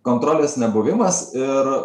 kontrolės nebuvimas ir